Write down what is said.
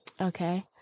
Okay